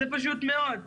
זה פשוט מאוד.